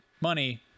Money